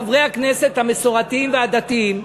חברי הכנסת המסורתיים והדתיים,